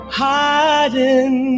hiding